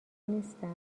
نیستم